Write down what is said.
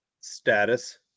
Status